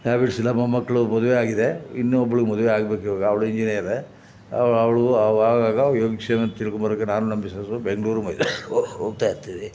habits ಇಲ್ಲ ಮೊಮ್ಮಕ್ಳು ಮದುವೆಯಾಗಿದೆ ಇನ್ನೊಬ್ಬಳು ಮದುವೆಯಾಗ್ಬೇಕು ಇವಾಗ ಅವಳು ಇಂಜಿನಿಯರೇ ಅವು ಅವ್ಳಿಗೂ ಆವಾಗಾವಾಗ ಯೋಗ ಕ್ಷೇಮ ತಿಳ್ಕೊಂಡು ಬರೋಕೆ ನಾನು ನಮ್ಮ ಮಿಸ್ಸಸ್ಸು ಬೆಂಗ್ಳೂರಿಗೆ ಹೋಗಿ ಹೋಗ್ತಾಯಿರ್ತೀವಿ